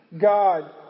God